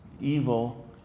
evil